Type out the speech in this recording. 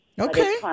Okay